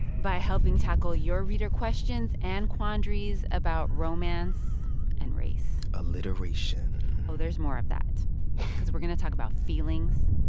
by helping tackle your reader questions and quandaries about romance and race alliteration oh, there's more of that because we're going to talk about feelings.